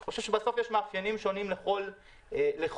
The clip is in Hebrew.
אני חושב שבסוף יש מאפיינים שונים לכל שוק.